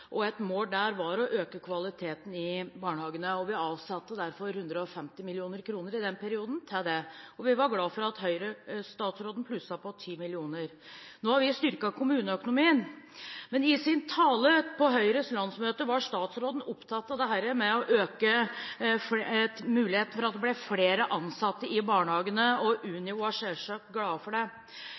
den perioden til det, og vi var glade for at statsråden plusset på 10 mill. kr. Nå har vi styrket kommuneøkonomien. I sin tale på Høyres landsmøte var statsråden opptatt av dette med å øke muligheten for å få flere ansatte i barnehagene, og Unio var selvsagt glade for det.